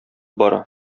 бара